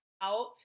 out